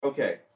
Okay